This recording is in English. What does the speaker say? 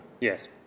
Yes